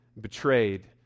betrayed